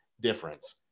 difference